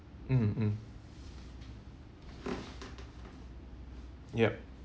mm mm yup